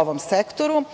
ovom sektoru.